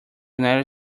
united